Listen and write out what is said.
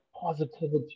positivity